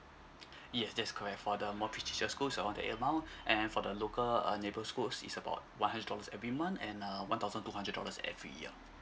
yes that's correct for the more prestigious schools around that amount and for the local uh neighbourhood schools is about one hundred dollars every month and uh one thousand two hundred dollars every year